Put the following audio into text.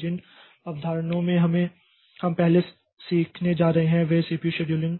जिन अवधारणाओं को हम पहले सीखने जा रहे हैं वे इस सीपीयू शेड्यूलिंग